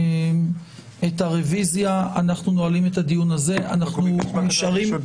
הישיבה ננעלה בשעה 14:17.